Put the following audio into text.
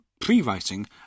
Pre-writing